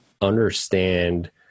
understand